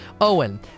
Owen